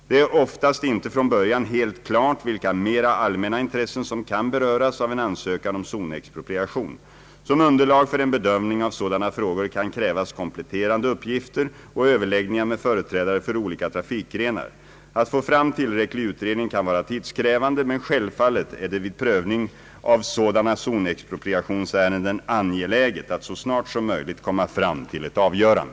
Det är oftast inte från början helt klart vilka mera allmänna intressen som kan beröras av en ansökan om zonexpropriation. Som underlag för en bedömning av sådana frågor kan krävas kompletterande uppgifter och överläggningar med företrädare för olika trafikgrenar. Att få fram tillräcklig utredning kan vara tidskrävande, men självfallet är det vid prövning av sådana zonexpropriationsärenden angeläget att så snart som möjligt komma fram till ett avgörande.